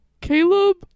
Caleb